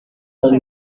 benshi